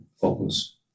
focus